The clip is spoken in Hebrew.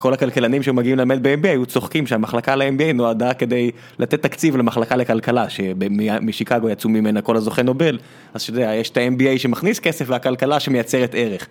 כל הכלכלנים שמגיעים למד ב-MBA היו צוחקים שהמחלקה ל-MBA נועדה כדי לתת תקציב למחלקה לכלכלה שמשיקגו יצאו ממנה כל הזוכי נובל, אז שזה, יש את ה-MBA שמכניס כסף והכלכלה שמייצרת ערך.